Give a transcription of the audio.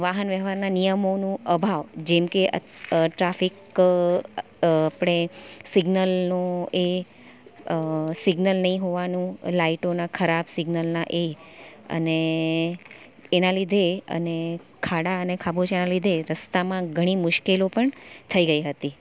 વાહન વ્યવહારના નિયમોનું અભાવ જેમકે ટ્રાફિક સિગ્નલનો એ સિગ્નલ નહીં હોવાનું લાઇટોના ખરાબ સિગ્નલના એ અને એના લીધે અને ખાડા અને ખાબોચિયા લીધે રસ્તામાં ઘણી મુશ્કેલીઓ પણ થઈ ગઈ હતી